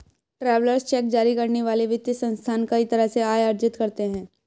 travellers cheque जारी करने वाले वित्तीय संस्थान कई तरह से आय अर्जित करते हैं